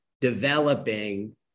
developing